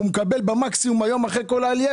הוא מקבל מקסימום היום אחרי כל העלייה,